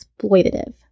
exploitative